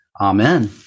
Amen